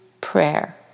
prayer